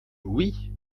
oui